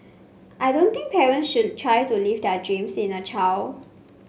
I don't think parents should try to live their dreams in a child